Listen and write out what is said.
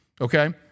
Okay